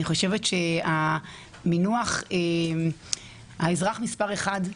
אני חושבת שהמינוח "האזרח מספר אחת",